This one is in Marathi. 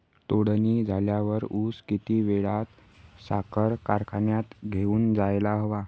तोडणी झाल्यावर ऊस किती वेळात साखर कारखान्यात घेऊन जायला हवा?